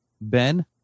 Ben